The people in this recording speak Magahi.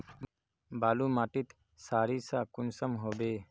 बालू माटित सारीसा कुंसम होबे?